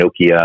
Nokia